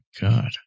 god